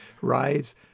rise